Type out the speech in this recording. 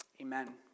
Amen